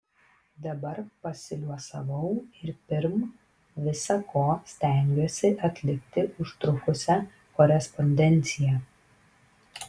dabar pasiliuosavau ir pirm visa ko stengiuosi atlikti užtrukusią korespondenciją